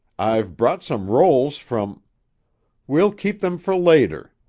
i've brought some rolls from we'll keep them for later,